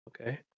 Okay